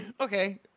Okay